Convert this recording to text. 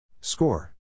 Score